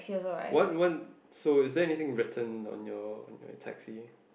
one one so is there anything written on your your taxi